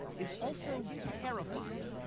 is also terrifying.